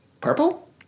Purple